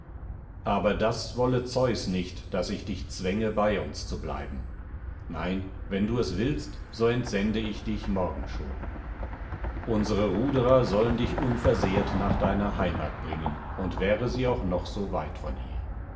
aber das wolle zeus nicht daß ich dich zwänge bei uns zu bleiben nein wenn du es willst so entsende ich dich morgen schon unsere ruderer sollen dich unversehrt nach deiner heimat bringen und wäre sie auch noch so weit von hier